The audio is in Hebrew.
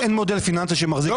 אין מודל פיננסי שמחזיק את זה.